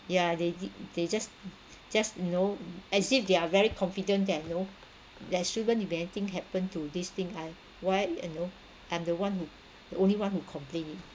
ya they did they just just you know as if they are very confident that you know there shouldn't be anything happen to this thing I've why you know I'm the one who the only one who complained it